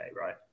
right